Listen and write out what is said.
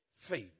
favor